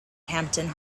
hampton